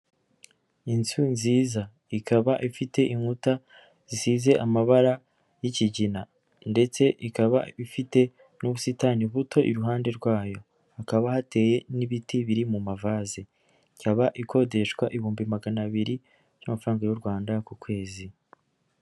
Inzu nziza ikaba ifite inkuta zisize amabara y'ikigina ndetse ikaba ifite n'ubusitani buto iruhande rwayo, hakaba hateye n'ibiti biri mu mavaze. Ikaba ikodeshwa ibihumbi magana abiri by'amafaranga y'u Rwanda ku kwezi.